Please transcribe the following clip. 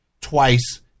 twice